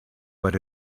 but